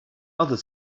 other